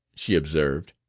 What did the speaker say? she observed,